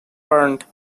burnt